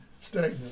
stagnant